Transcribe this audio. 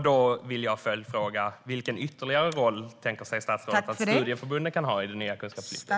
Då har jag en följdfråga: Vilken ytterligare roll tänker sig statsrådet att studieförbunden kan ha i det nya kunskapslyftet?